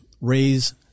raise